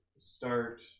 start